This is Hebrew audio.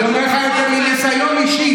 אני אומר לך את זה מניסיון אישי.